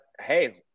hey